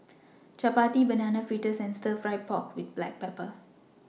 Chappati Banana Fritters and Stir Fry Pork with Black Pepper